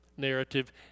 Narrative